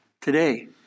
today